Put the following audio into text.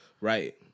Right